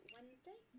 Wednesday